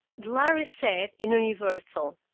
the lhari said, in universal,